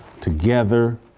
together